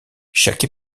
chaque